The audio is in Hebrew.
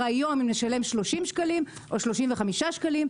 היום אם נשלם 30 שקלים או 35 שקלים.